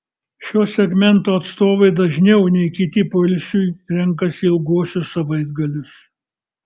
šio segmento atstovai dažniau nei kiti poilsiui renkasi ilguosius savaitgalius